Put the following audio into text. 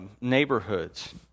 neighborhoods